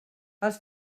els